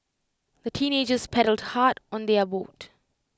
the teenagers paddled hard on their boat